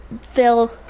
Phil